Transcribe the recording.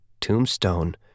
tombstone